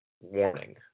warning